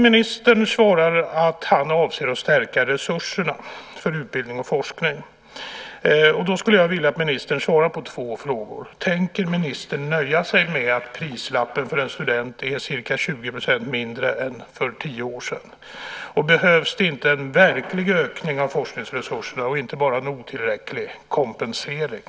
Ministern svarar att han avser att stärka resurserna för utbildning och forskning. Då skulle jag vilja att ministern svarar på två frågor: Tänker ministern nöja sig med att prislappen för en student är ca 20 % mindre än för tio år sedan? Behövs det inte en verklig ökning av forskningsresurserna och inte bara en otillräcklig kompensering?